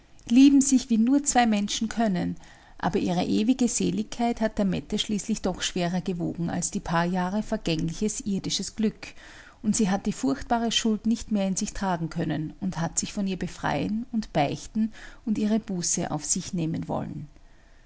lieben sich wie nur zwei menschen können aber ihre ewige seligkeit hat der mette schließlich doch schwerer gewogen als die paar jahre vergängliches irdisches glück und sie hat die furchtbare schuld nicht mehr in sich tragen können und hat sich von ihr befreien und beichten und ihre buße auf sich nehmen wollen